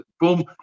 boom